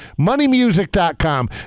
moneymusic.com